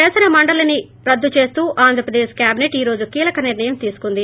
కాసన మండలిని రద్దు చేస్తూ ఆంధ్రప్రదేశ్ కేబినెట్ ఈ రోజు కీలక నిర్ణయం తీసుకుంది